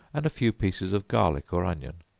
and a few pieces of garlic or onion,